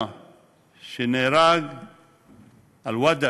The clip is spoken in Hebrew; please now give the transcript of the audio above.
עודה אל-וודג'